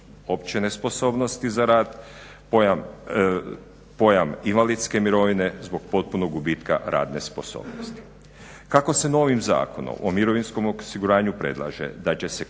opće nesposobnosti za rad, pojam invalidske mirovine zbog potpunog gubitka radne sposobnosti. Kako se novim Zakonom o mirovinskom osiguranju predlaže da će se